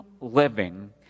living